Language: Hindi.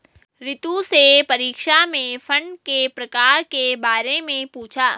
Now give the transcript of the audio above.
रितु से परीक्षा में फंड के प्रकार के बारे में पूछा